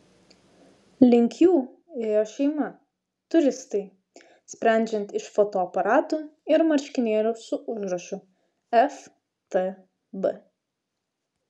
link jų ėjo šeima turistai sprendžiant iš fotoaparatų ir marškinėlių su užrašu ftb